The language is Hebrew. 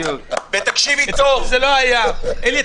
ותקשיבי טוב --- אלי,